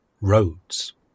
roads